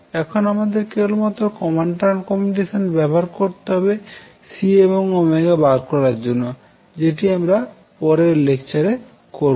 এখন আমাদের কেবলমাত্র কন্ডিশন ব্যবহার করতে হবে C এবংবার করার জন্য যেটি আমরা পরের লেকচারে করবো